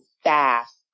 staff